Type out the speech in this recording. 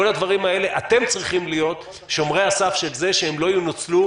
בכל הדברים האלה אתם צריכים להיות שומרי הסף שהם לא ינוצלו,